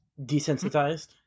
desensitized